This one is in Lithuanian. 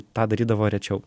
tą darydavo rečiau